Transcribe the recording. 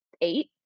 eight